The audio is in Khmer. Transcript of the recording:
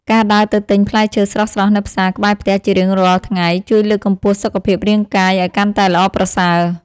ការដើរទៅទិញផ្លែឈើស្រស់ៗនៅផ្សារក្បែរផ្ទះជារៀងរាល់ថ្ងៃជួយលើកកម្ពស់សុខភាពរាងកាយឱ្យកាន់តែល្អប្រសើរ។